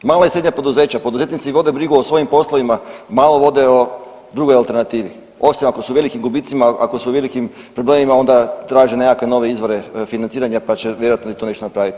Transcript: Mala i srednja poduzeća, poduzetnici vode brigu o svojim poslovima, malo vode o drugoj alternativi osim ako su u velikim gubicima, ako su u velikim problemima onda traže nekakve nove izvore financiranja, pa će vjerojatno i to nešto napraviti.